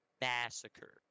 massacre